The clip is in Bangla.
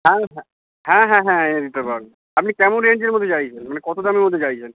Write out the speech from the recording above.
হ্যাঁ হ্যাঁ হ্যাঁ হ্যাঁ হ্যাঁ এনে দিতে পারবো আপনি কেমন রেঞ্জের মধ্যে চাইছেন মানে কতো দামের মধ্যে চাইছেন